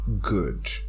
good